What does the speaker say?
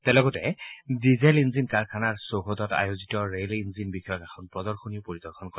তেওঁ লগতে diesel engine কাৰখানাৰ চৌহদত আয়োজিত ৰেল ইঞ্জিন বিষয়ক এখন প্ৰদশনীও পৰিদৰ্শন কৰে